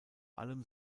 allem